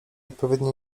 odpowiednie